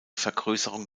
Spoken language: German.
vergrößerung